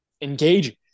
engaging